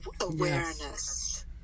awareness